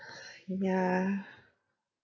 yeah